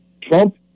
Trump